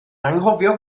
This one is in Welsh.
anghofio